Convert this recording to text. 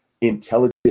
intelligent